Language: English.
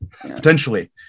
potentially